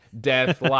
death